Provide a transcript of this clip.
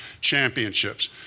championships